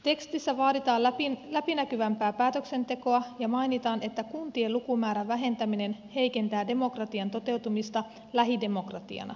tekstissä vaaditaan läpinäkyvämpää päätöksentekoa ja mainitaan että kuntien lukumäärän vähentäminen heikentää demokratian toteutumista lähidemokratiana